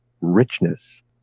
richness